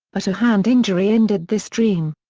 but a hand injury ended this dream.